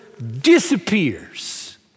disappears